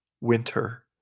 Winter